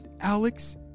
Alex